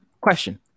Question